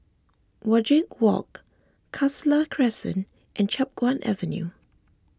Wajek Walk Khalsa Crescent and Chiap Guan Avenue